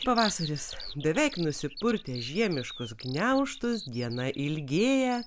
pavasaris beveik nusipurtė žiemiškus gniaužtus diena ilgėja